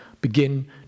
begin